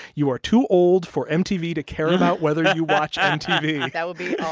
you are too old for mtv to care about whether you watch mtv that will be.